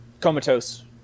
comatose